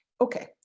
Okay